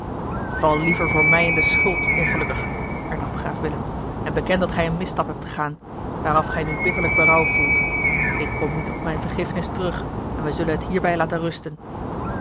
val liever voor mij in de schuld ongelukkige hernam graaf willem en beken dat gij een misstap hebt begaan waaraf gij nu bitterlijk berouw gevoelt ik kom niet op mijne vergiffenis terug en wij zullen het hierbij laten rusten